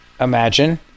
Imagine